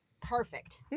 perfect